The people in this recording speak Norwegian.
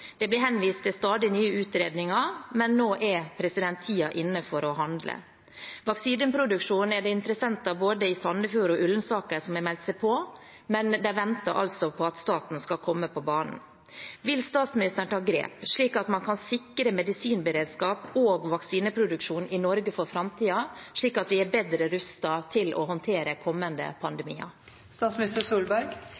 Det blir henvist til stadig nye utredninger, men nå er tiden inne for å handle. Vaksineproduksjon er det interessenter i både Sandefjord og Ullensaker som har meldt seg på, men de venter på at staten skal komme på banen. Vil statsministeren ta grep, slik at man kan sikre medisinberedskap og vaksineproduksjon i Norge for framtiden, og slik at vi er bedre rustet til å håndtere kommende